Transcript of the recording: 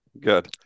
good